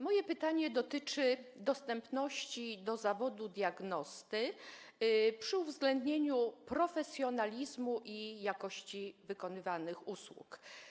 Moje pytanie dotyczy dostępności zawodu diagnosty, przy uwzględnieniu profesjonalizmu i jakości wykonywanych usług.